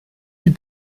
die